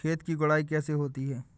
खेत की गुड़ाई कैसे होती हैं?